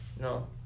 No